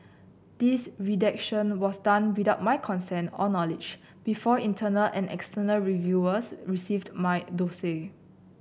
this redaction was done without my consent or knowledge before internal and external reviewers received my dossier